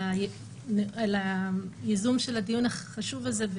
על הייזום של הדיון החשוב הזה.